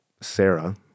Sarah